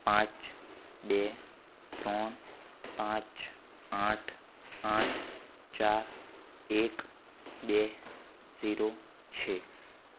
પાંચ બે ત્રણ પાંચ આઠ આઠ ચાર એક બે ઝીરો છે